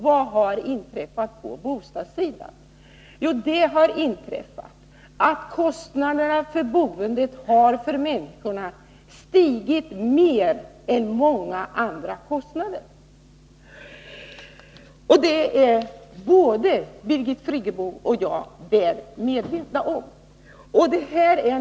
Vad har då inträffat på bostadssidan? Jo, boendekostnaderna har stigit mer än många andra kostnader. Det är både Birgit Friggebo och jag väl medvetna om.